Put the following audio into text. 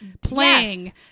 playing